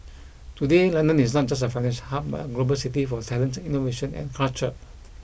today London is not just a financial hub but a global city for talent innovation and culture